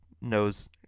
knows